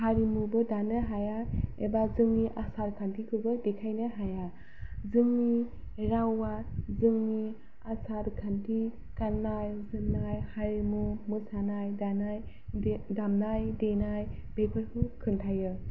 हारिमुबो दानो हाया एबा जोंनि आसार खान्थिखौबो देखायनो हाया जोंनि रावआ जोंनि आसार खान्थि गाननाय जोमनाय हारिमु मोसानाय दानाय दामनाय देनाय बेफोरखौ खोन्थायो